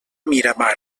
miramar